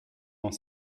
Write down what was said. dans